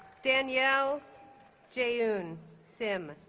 danielle jaeyoon sim